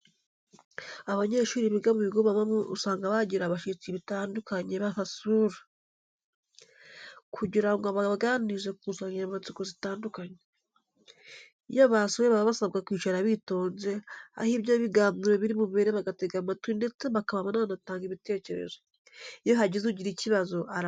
Abanyeshuri biga mu bigo babamo usanga bajyira abashyitsi bitandukanye babasura, kujyira ngo babaganirize ku nsanganyamatsiko zitandukanye. Iyo basuwe baba basabwa kwicara bitonze aho ibyo biganiro biri bubere bagatega amatwi ndetse bakaba banatanga ibitecyerezo. Iyo hajyize ujyira icyibazo arabaza.